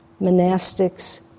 monastics